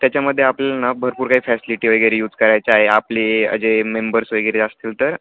त्याच्यामध्ये आपल्याला ना भरपूर काही फॅसिलिटी वगैरे यूज करायचा आहे आपले जे मेंबर्स वगैरे असतील तर